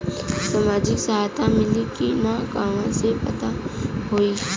सामाजिक सहायता मिली कि ना कहवा से पता होयी?